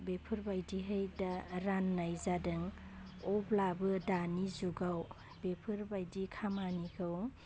बेफोरबायदियै दा रान्नाय जादों अब्लाबो दानि जुगाव बेफोर बायदि खामानिखौ